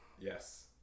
Yes